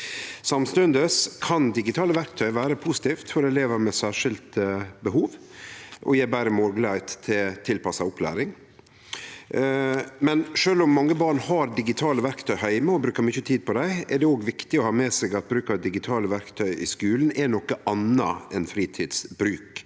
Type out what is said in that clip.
Samstundes kan digitale verktøy vere positivt for elevar med særskilde behov og gje betre moglegheit til tilpassa opplæring. Likevel, sjølv om mange barn har digitale verktøy heime og brukar mykje tid på dei, er det òg viktig å ha med seg at bruk av digitale verktøy i skulen er noko anna enn fritidsbruk.